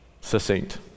Succinct